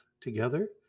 Together